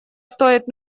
стоит